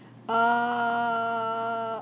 err